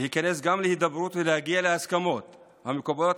להיכנס להידברות ולהגיע להסכמות המקובלות